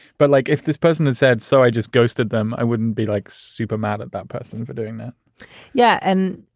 but like if this person had said so, i just ghosted them. i wouldn't be like super mad at that person for doing that yeah. and,